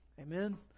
Amen